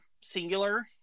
singular